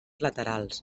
laterals